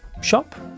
shop